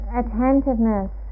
attentiveness